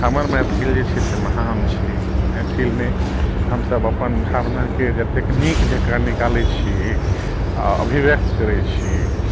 हमर मैथिल जेछै से महान छै मैथिलमे हम सभ अपन भावनाके जतेक नीक जेकाँ निकालै छियै आ अभिव्यक्त करै छियै